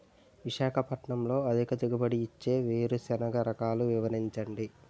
విశాఖపట్నంలో అధిక దిగుబడి ఇచ్చే వేరుసెనగ రకాలు వివరించండి?